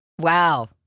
wow